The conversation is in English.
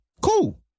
Cool